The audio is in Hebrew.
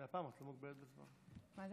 אחותי מנהלת את בית ספר מעפילים